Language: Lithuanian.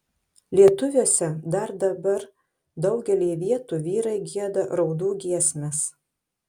lietuviuose dar dabar daugelyje vietų vyrai gieda raudų giesmes